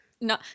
no